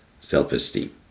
self-esteem